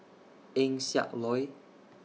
Eng Siak Loy